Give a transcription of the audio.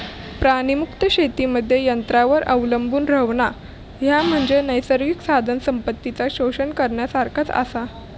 प्राणीमुक्त शेतीमध्ये यंत्रांवर अवलंबून रव्हणा, ह्या म्हणजे नैसर्गिक साधनसंपत्तीचा शोषण करण्यासारखाच आसा